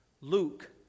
Luke